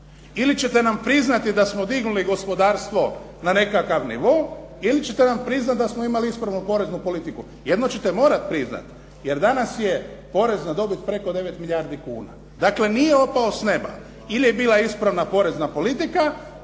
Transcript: Ili ćete nam priznati da smo dignuli gospodarstvo na nekakav nivo ili ćete nam priznati da smo imali ispravnu poreznu politiku, jedno ćete morati priznati jer danas je porez na dobit preko 9 milijardi kuna. Dakle, nije opao s neba. Ili je bila ispravna porezna politika